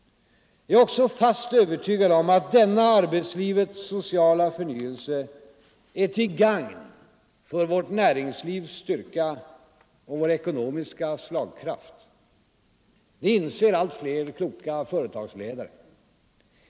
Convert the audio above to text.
Jag är också fast övertygad om att denna arbetslivets sociala förnyelse är till gagn för vårt näringslivs styrka och vår ekonomiska slagkraft. Det inser allt fler kloka företagsledare.